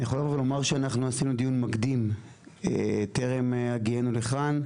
אני יכול לבוא ולומר שאנחנו עשינו דיון מקדים טרם הגיענו לכאן.